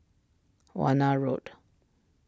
Warna Road